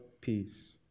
Peace